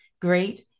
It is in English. great